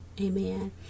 Amen